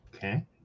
Okay